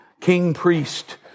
king-priest